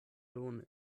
donis